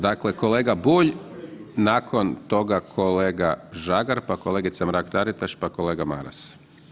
Dakle kolega Bulj, nakon toga kolega Žagar pa kolegica Mrak Taritaš pa kolega Maras.